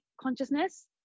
consciousness